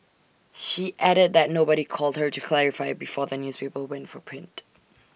she added that nobody called her to clarify before the newspaper went for print